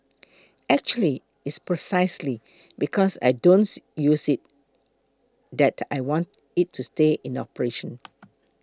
actually it's precisely because I don't use it that I want it to stay in operation